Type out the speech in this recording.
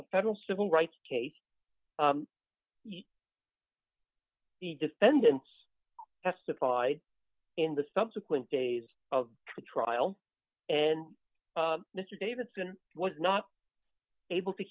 a federal civil rights case the defendants testified in the subsequent days of the trial and mr davidson was not able to